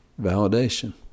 validation